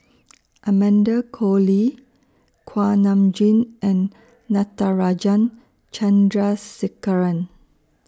Amanda Koe Lee Kuak Nam Jin and Natarajan Chandrasekaran